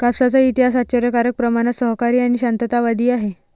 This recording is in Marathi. कापसाचा इतिहास आश्चर्यकारक प्रमाणात सहकारी आणि शांततावादी आहे